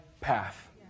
path